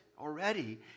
already